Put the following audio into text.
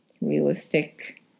realistic